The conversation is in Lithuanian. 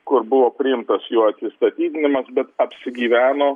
kur buvo priimtas jo atsistatydinimas bet apsigyveno